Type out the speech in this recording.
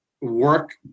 work